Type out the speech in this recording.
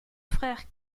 frère